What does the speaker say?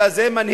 אלא זה מנהיג,